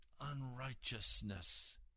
unrighteousness